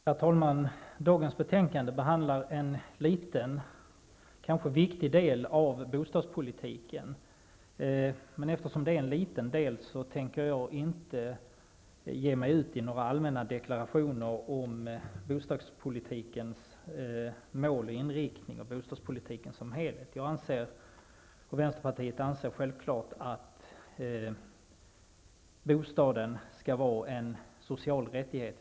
Herr talman! Dagens betänkande behandlar en liten, men kanske viktig del av bostadspolitiken. Eftersom det är en liten del tänker jag inte ge mig ut i några allmänna deklarationer om bostadpolitikens mål och inriktningen och bostadspolitiken som helhet. Vänsterpartiet anser självfallet att bostaden skall vara en social rättighet.